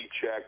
check